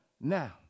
now